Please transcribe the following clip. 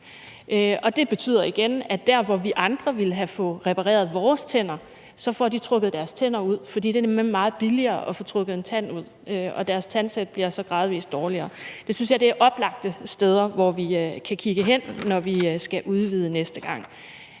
Det betyder igen, at der, hvor vi andre ville have fået repareret vores tænder, får de trukket deres tænder ud, for det er nemlig meget billigere at få trukket en tand ud. Deres tandsæt bliver så gradvis dårligere. Jeg synes, at det er oplagte steder, hvor vi kan kigge hen, når vi skal udvide næste gang.